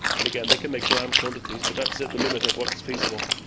and again, they can make gram quantities, but that's at the limit of what's feasible.